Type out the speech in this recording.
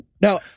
Now